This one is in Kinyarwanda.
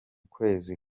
kwezi